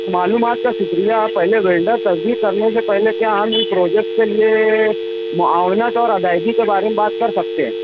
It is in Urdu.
معلومات کا شکریہ پہلے ولڈر تصدیق کرنے سے پہلے کیا ہم ان پروجیکٹ کے لیے معاونت اور ادائیگی کے بارے میں بات کر سکتے ہیں